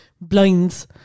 Blinds